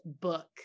book